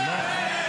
איתו.